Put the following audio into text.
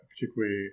particularly